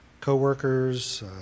coworkers